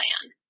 plan